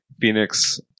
Phoenix